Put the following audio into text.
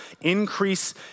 Increase